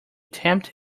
tempt